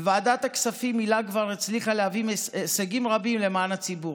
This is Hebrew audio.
בוועדת הכספים הילה כבר הצליחה להביא הישגים רבים למען הציבור,